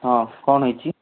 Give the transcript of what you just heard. ହଁ କ'ଣ ହୋଇଛି